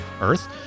Earth